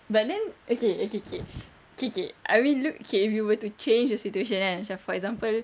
but then okay okay okay okay okay I mean look okay if you were to change the situation kan macam for example